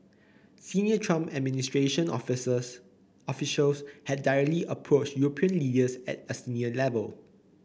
Senior Trump administration officers officials had directly approached European leaders at a senior level